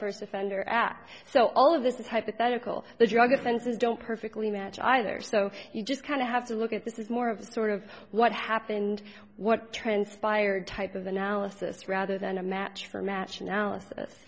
first offender act so all of this is hypothetical the drug offenses don't perfectly match either so you just kind of have to look at this is more of a sort of what happened what transpired type of analysis rather than a match for match analysis